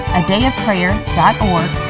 adayofprayer.org